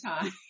time